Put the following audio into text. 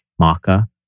maca